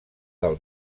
del